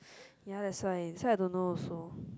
ya that why that why I don't know also